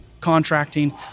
contracting